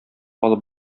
алып